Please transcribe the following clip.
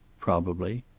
probably.